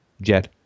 jet